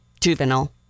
juvenile